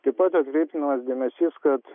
taip pat atkreiptinas dėmesys kad